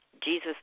Jesus